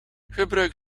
gebruik